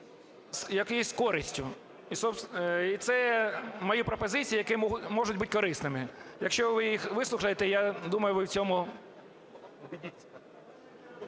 з користю. І це мої пропозиції, які можуть бути корисними. Якщо ви їх вислухаєте, я думаю, ви в цьому…